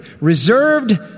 reserved